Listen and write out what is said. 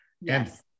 Yes